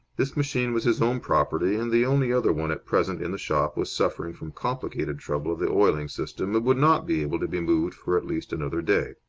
this machine was his own property, and the only other one at present in the shop was suffering from complicated trouble of the oiling-system and would not be able to be moved for at least another day.